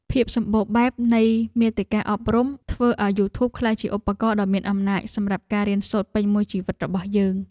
ភាពសម្បូរបែបនៃមាតិកាអប់រំធ្វើឱ្យយូធូបក្លាយជាឧបករណ៍ដ៏មានអំណាចសម្រាប់ការរៀនសូត្រពេញមួយជីវិតរបស់យើង។